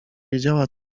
wiedziała